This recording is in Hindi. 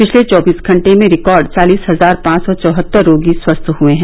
पिछले चौबीस घंटे में रिकॉर्ड चालीस हजार पांच सौ चौहत्तर रोगी स्वस्थ हुए है